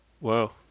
Wow